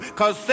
cause